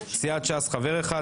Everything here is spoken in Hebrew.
סיעת ש"ס חבר אחד,